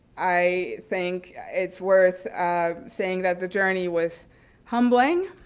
i think it's worth saying that the journey was humbling,